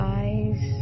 eyes